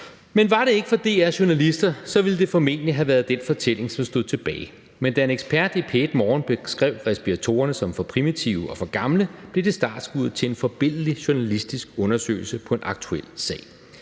... Var det ikke for DR’s journalister, ville det formentlig have været den fortælling, som stod tilbage. Men da en ekspert i P1 Morgen beskrev respiratorerne som ”for primitive og for gamle”, blev det startskuddet til en forbilledlig journalistisk undersøgelse på en aktuel sag.